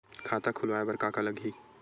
खाता खुलवाय बर का का लगही?